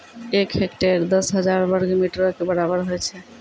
एक हेक्टेयर, दस हजार वर्ग मीटरो के बराबर होय छै